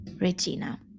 Regina